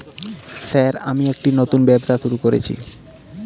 Sir আমি একটি নতুন ব্যবসা শুরু করেছি?